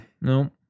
no